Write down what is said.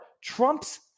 Trump's